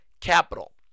Capital